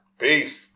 Peace